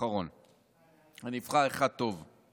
אחרון, אבחר אחד טוב.